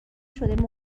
شده